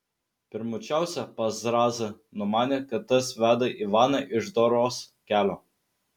pirmučiausia pas zrazą numanė kad tas veda ivaną iš doros kelio